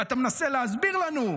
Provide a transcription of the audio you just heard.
ואתה מנסה להסביר לנו.